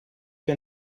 più